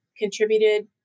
Contributed